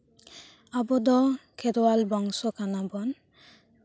ᱟᱵᱚ ᱫᱚ ᱠᱷᱮᱨᱣᱟᱞ ᱵᱚᱝᱥᱚ ᱠᱟᱱᱟ ᱵᱚᱱ